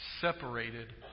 separated